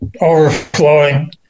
overflowing